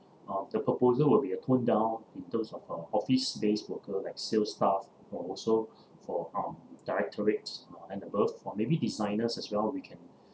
uh the proposal will be uh tone down in term of uh office based worker like sales staff or also for um directorates and above or maybe designers as well we can